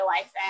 life